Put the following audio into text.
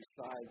sides